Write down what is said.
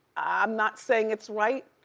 i'm not saying it's right,